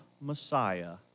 Messiah